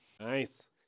Nice